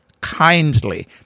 kindly